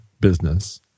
business